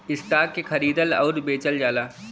stock के खरीदल आउर बेचल जाला